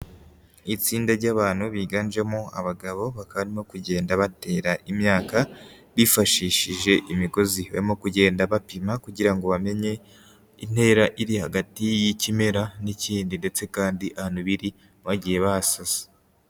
Itsinda ry'abantu biganjemo abagabo bakaba barimo kugenda batera imyaka bifashishije imigozi, barimo kugenda bapima kugira ngo bamenye intera iri hagati y'ikimera n'ikindi ndetse kandi ahantu biri bagiye bahasasa.